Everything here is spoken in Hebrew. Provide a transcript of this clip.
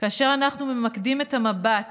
אנחנו ממקדים את המבט